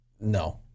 No